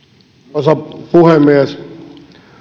arvoisa puhemies